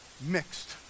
mixed